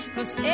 Cause